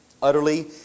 Utterly